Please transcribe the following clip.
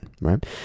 Right